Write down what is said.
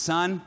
Son